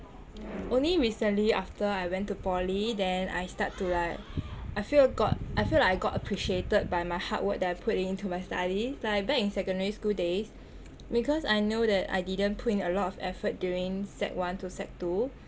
only recently after I went to poly then I start to like I feel got I feel like I got appreciated by my hard word that I put it into my study like back in secondary school days because I know that I didn't put in a lot of effort during sec~ one to sec~ two